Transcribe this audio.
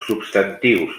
substantius